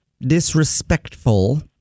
disrespectful